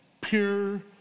pure